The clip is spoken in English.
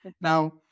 Now